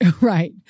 right